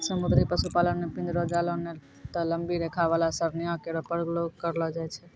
समुद्री पशुपालन म पिंजरो, जालों नै त लंबी रेखा वाला सरणियों केरो प्रयोग करलो जाय छै